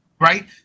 right